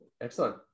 Excellent